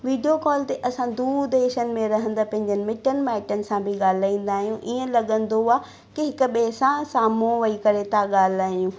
video call ते असां दूर देशनि में रहंदड़ पंहिंजे मिटनि माइटनि सां बि ॻाल्हाईंदा आहियूं ईअं लॻंदो आहे कि हिक ॿिए सां साम्हूं वेही करे था ॻाल्हायूं